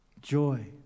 joy